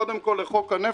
קודם כול לחוק הנפט,